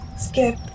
Skip